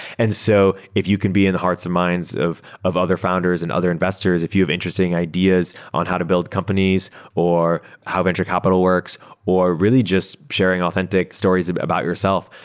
and so if you can be in the hearts and minds of of other founders and other investors, if you have interesting ideas on how to build companies or how venture capital works or really just sharing authentic stories about yourself,